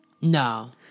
No